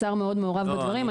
השר מאוד מעורב בדברים,